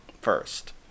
first